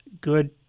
good